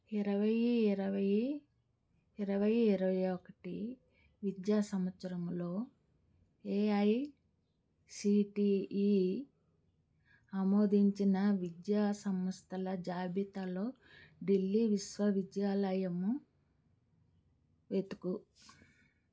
ఇరవైయి ఇరవైయి ఇరవైయి ఇరవై ఒకటి విద్యా సంవత్సరములో ఏఐసీటీఈ అమోదించిన విద్యా సంస్థల జాబితాలో ఢిల్లీ విశ్వవిద్యాలయము వెతుకుము